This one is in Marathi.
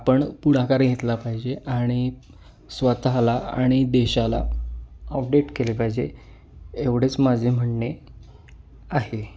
आपण पुढाकार घेतला पाहिजे आणि स्वतःला आणि देशाला अपडेट केले पाहिजे एवढेच माझे म्हणणे आहे